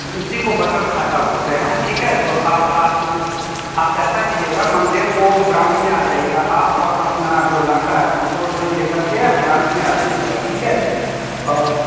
उसी को बचत खाता बोलते हैं ठीक है तो अब आप आप ऐसा कीजिएगा मंडे को ब्रांच में आ जाईएगा आप और अपना जो लड़का उनको लोइ ले करके आ ब्रांच में आ जाईएगा ठीक है और